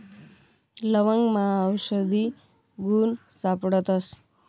लवंगमा आवषधी गुण सापडतस